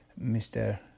Mr